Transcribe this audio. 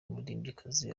umuririmbyikazi